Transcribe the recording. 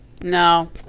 No